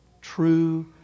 true